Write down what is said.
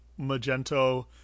Magento